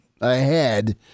ahead